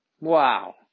Wow